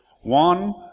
One